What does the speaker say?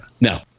No